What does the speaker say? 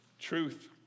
Truth